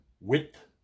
width